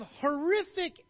horrific